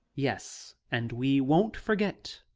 yes and we won't forget.